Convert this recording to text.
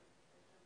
נכון.